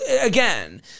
again